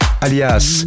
alias